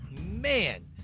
man